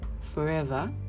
forever